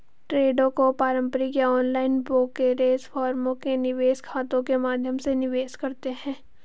ट्रेडों को पारंपरिक या ऑनलाइन ब्रोकरेज फर्मों के निवेश खातों के माध्यम से निवेश करते है